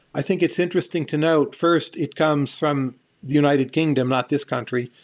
i think it's interesting to note. first it comes from united kingdom, not this country.